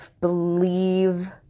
believe